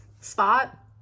spot